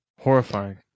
horrifying